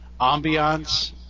ambiance